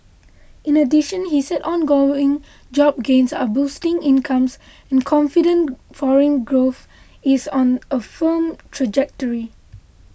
in addition he said ongoing job gains are boosting incomes and confidence foreign growth is on a firm trajectory